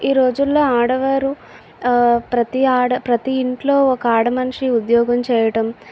ఈ రోజుల్లో ఆడవారు ఆ ప్రతి ఆడ ప్రతి ఇంట్లో ఒక ఆడ మనిషి ఉద్యోగం చేయటం